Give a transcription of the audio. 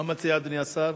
מה מציע אדוני השר?